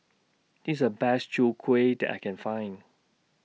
This IS The Best Chwee Kueh that I Can Find